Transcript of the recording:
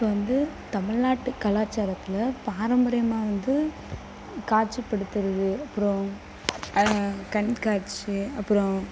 இப்போ வந்து தமிழ்நாட்டு கலாச்சாரத்தில் பாரம்பரியமாக வந்து காட்சிப்படுத்துவது அப்புறம் கண்காட்சி அப்புறம்